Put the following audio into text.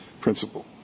principle